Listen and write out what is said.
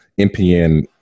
MPN